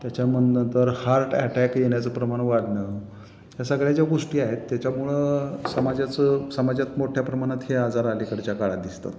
त्याच्यामधून तर हार्टअटॅक येण्याचं प्रमाण वाढणं या सगळ्या ज्या गोष्टी आहेत त्याच्यामुळं समाजाचं समाजात मोठ्या प्रमाणात हे आजार आलीकडच्या काळात दिसतात